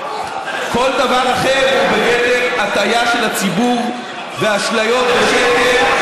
וכל דבר אחר הוא בגדר הטעיה של הציבור ואשליות בשקל.